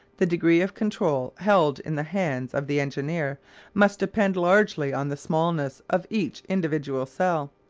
the degree of control held in the hands of the engineer must depend largely on the smallness of each individual cell,